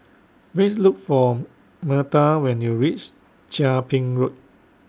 Please Look For Myrta when YOU REACH Chia Ping Road